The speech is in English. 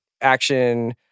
action